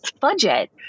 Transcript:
budget